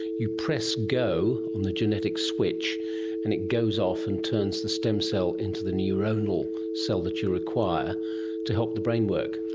you press go on the genetic switch and it goes off and turns the stem cell into the neuronal cell that you require to help the brain work.